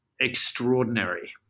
extraordinary